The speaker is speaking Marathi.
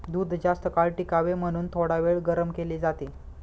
दूध जास्तकाळ टिकावे म्हणून थोडावेळ गरम केले जाते